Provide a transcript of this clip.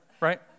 right